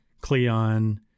Cleon